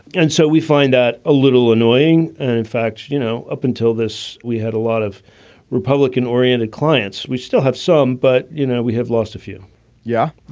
and so we find that a little annoying. and in fact, you know, up until this, we had a lot of republican oriented clients. we still have some. but, you know, we have lost a few yeah.